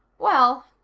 well,